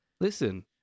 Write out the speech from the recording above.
Listen